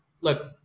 Look